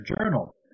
journal